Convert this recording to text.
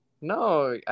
No